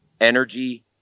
Energy